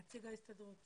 נציג ההסתדרות,